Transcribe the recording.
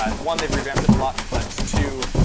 um one, they've revamped it a lot, but two,